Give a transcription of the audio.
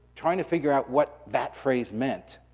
trying to figure out what that phrase meant,